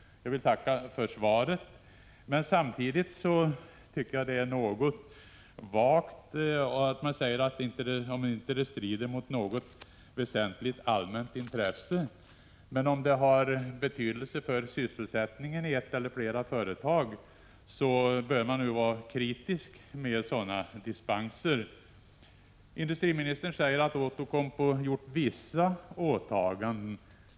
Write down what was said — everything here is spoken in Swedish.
Jag tackar för svaret. Men samtidigt tycker jag att det är något vagt att säga ”att förvärvet inte strider mot något väsentligt allmänt intresse”. Om det har betydelse för sysselsättningen i ett eller flera företag, bör man vara kritisk när det gäller att ge sådana här dispenser. Industriministern säger att Outokumpu har gjort vissa åtaganden.